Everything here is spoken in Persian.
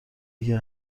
دیگه